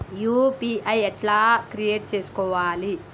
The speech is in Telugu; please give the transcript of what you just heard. యూ.పీ.ఐ ఎట్లా క్రియేట్ చేసుకోవాలి?